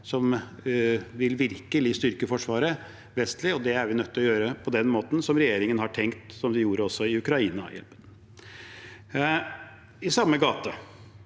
som virkelig vil styrke Forsvaret vesentlig. Det er vi nødt til å gjøre på den måten som regjeringen har tenkt, som de gjorde også i Ukraina-hjelpen – i samme gate,